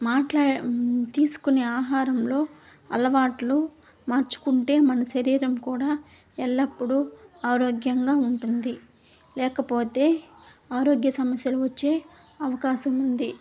మాట్లా తీసుకునే ఆహారంలో అలవాట్లు మార్చుకుంటే మన శరీరం కూడా ఎల్లప్పుడూ ఆరోగ్యంగా ఉంటుంది లేకపోతే ఆరోగ్య సమస్యలు వచ్చే అవకాశం ఉంది